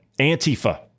Antifa